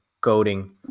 coding